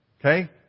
Okay